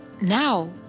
Now